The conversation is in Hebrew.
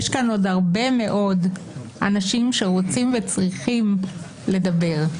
יש כאן עוד הרבה מאוד אנשים שרוצים וצריכים לדבר.